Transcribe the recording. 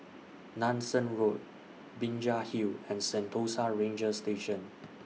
Nanson Road Binjai Hill and Sentosa Ranger Station